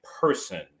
person